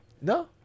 no